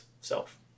self